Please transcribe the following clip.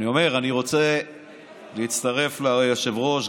אני אומר שאני רוצה להצטרף ליושב-ראש,